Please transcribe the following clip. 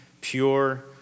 pure